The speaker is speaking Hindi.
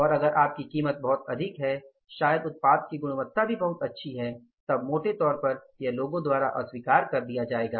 और अगर आपकी कीमत बहुत अधिक है शायद उत्पाद की गुणवत्ता भी बहुत अच्छी है तब मोटे तौर पर यह लोगों द्वारा अस्वीकार कर दिया जाएगा